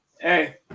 Hey